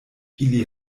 ili